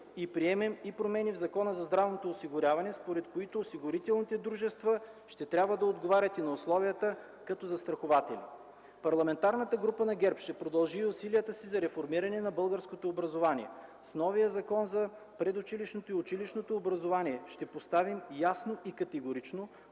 и приемем и промени в Закона за здравното осигуряване, според които осигурителните дружества ще трябва да отговарят и на условията като застрахователи. Парламентарната група на ГЕРБ ще продължи усилията си за реформиране на българското образование. С новия Закон за предучилищното и училищното образование ще поставим ясно и категорично